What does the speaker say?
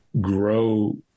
grow